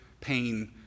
pain